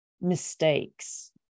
mistakes